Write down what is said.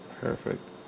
perfect